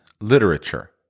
literature